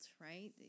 right